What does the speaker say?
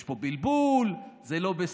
התקשורת אומרת: יש פה בלבול, זה לא בסדר.